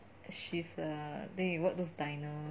shifts ah then you work those diner